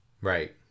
Right